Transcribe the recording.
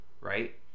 right